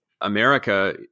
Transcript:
America